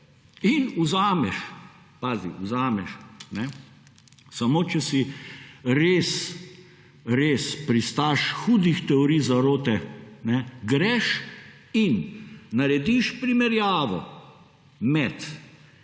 in vzameš pazi vzameš samo, če si res pristaš hudih teorij zarote greš in narediš primerjavo med